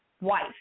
wife